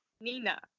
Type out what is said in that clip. Nina